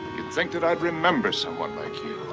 you'd think that i'd remember someone like you.